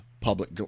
public